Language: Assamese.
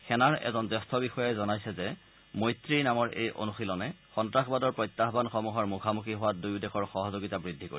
সেনাৰ এজন জ্যেষ্ঠ বিষয়াই জনাইছে যে মৈত্ৰী নামৰ এই অনুশীলনে সন্তাসবাদৰ প্ৰত্যাহানসমূহৰ মুখামুখি হোৱাত দুয়ো দেশৰ সহযোগিতা বৃদ্ধি কৰিব